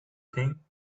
thing